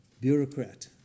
bureaucrat